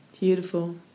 Beautiful